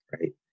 right